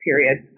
period